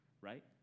right